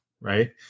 right